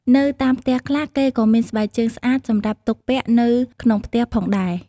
នៅតាមផ្ទះខ្លះ គេក៏មានស្បែកជើងស្អាតសម្រាប់ទុកពាក់នៅក្នុងផ្ទះផងដែរ។